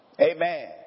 Amen